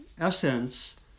essence